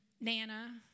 nana